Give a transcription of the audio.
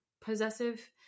possessive